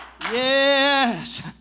yes